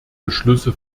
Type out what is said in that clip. beschlüsse